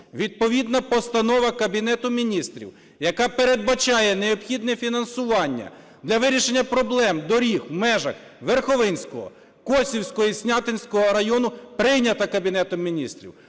відповідна постанова Кабінету Міністрів, яка передбачає необхідне фінансування для вирішення проблем доріг в межах Верховинського, Косівського і Снятинського районів, прийнята Кабінетом Міністрів.